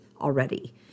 already